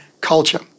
culture